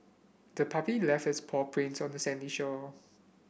the puppy left its paw prints on the sandy shore